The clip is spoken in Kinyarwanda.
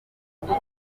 uko